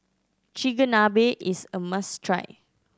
chigenabe is a must try